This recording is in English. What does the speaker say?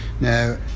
Now